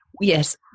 Yes